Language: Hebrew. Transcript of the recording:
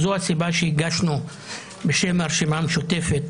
זו הסיבה שהגשנו בשם הרשימה המשותפת